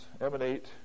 emanate